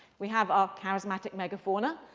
we have our charismatic megafauna.